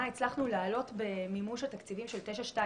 הצלחנו לעלות במימוש התקציבים של 922,